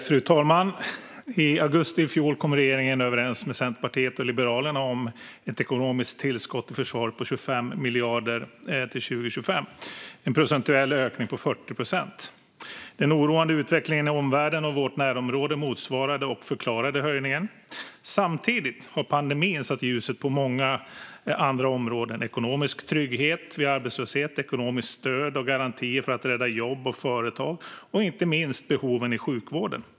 Fru talman! I augusti i fjol kom regeringen överens med Centerpartiet och Liberalerna om ett ekonomiskt tillskott till försvaret på 25 miljarder till år 2025. Det är en procentuell ökning med 40 procent. Den oroande utvecklingen i omvärlden och i vårt närområde motsvarade och förklarade höjningen. Samtidigt har pandemin satt ljuset på många andra områden som ekonomisk trygghet vid arbetslöshet, ekonomiskt stöd och garantier för att rädda jobb och företag och inte minst behoven i sjukvården.